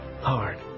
hard